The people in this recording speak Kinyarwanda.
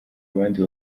abandi